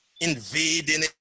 invading